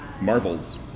Marvel's